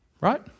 Right